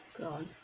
god